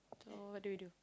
so what do we do